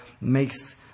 makes